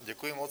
Děkuji moc.